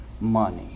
money